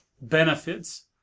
benefits